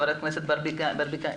ח"כ ברביבאי,